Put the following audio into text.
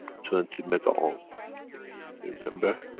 twenty mega-ohm. remember?